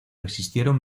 existieron